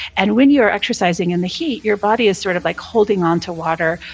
and when you're exercising in the heat, your body's sort of like holding on to water.